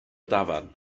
dafarn